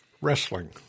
wrestling